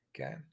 okay